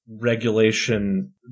regulation